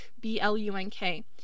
B-L-U-N-K